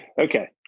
Okay